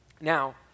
Now